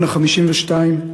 בן ה-52,